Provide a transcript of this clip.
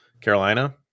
Carolina